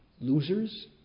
Losers